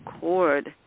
cord